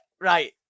Right